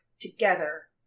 together